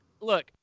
Look